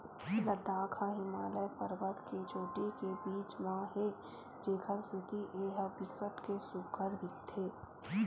लद्दाख ह हिमालय परबत के चोटी के बीच म हे जेखर सेती ए ह बिकट के सुग्घर दिखथे